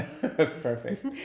Perfect